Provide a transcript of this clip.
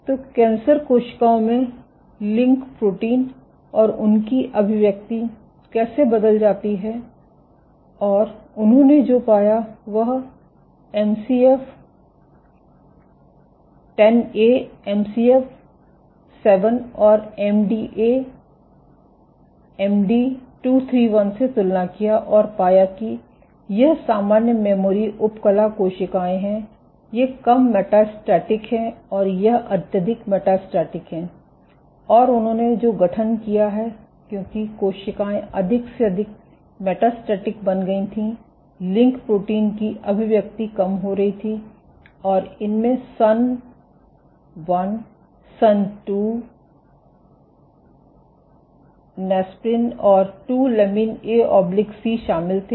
तो कैंसर कोशिकाओं में लिंक प्रोटीन और उनकी अभिव्यक्ति कैसे बदल जाती है और उन्होंने जो पाया वह एमसीएफ 10A एमसीएफ 7 और एमडीए एमडी 231 से तुलना किया और पाया कि यह सामान्य मेमोरी उपकला कोशिकाएं हैं यह कम मेटास्टैटिक है और यह अत्यधिक मेटास्टैटिक है और उन्होंने जो गठन किया है क्योंकि कोशिकाएं अधिक से अधिक मेटास्टैटिक बन गई थीं लिंक प्रोटीन की अभिव्यक्ति कम हो रही थी और इनमें सन 1 सन 2 SUN2 नेस्प्रिन और 2 लमीन एसी शामिल थे